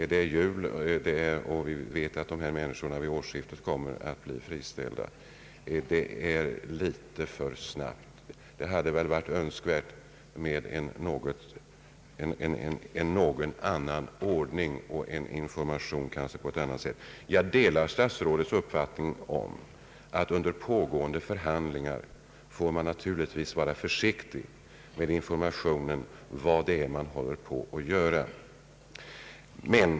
Det är dock här fråga om ett mycket kort varsel. Dessa människor blir friställda vid årsskiftet, efter julhelgen. Jag delar statsrådets uppfattning att man naturligtvis får vara försiktig under pågående förhandlingar i fråga om att ge information om vad det är som håller på att ske.